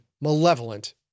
malevolent